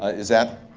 is that?